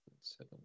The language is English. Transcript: seven